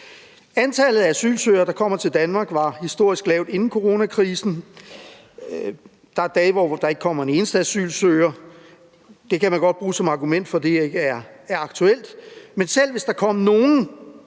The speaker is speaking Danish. Antallet af asylsøgere, der kommer til Danmark, var historisk lavt inden coronakrisen, og der er dage, hvor der ikke kommer en eneste asylsøger. Det kan man godt bruge som argument for, at det ikke er aktuelt, men selv hvis der kom nogen,